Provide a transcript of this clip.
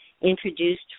introduced